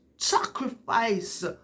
Sacrifice